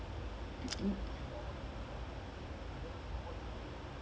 I think this thomas muller he is I don't know his work rate is insane also